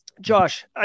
josh